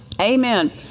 Amen